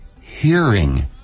hearing